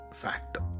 factor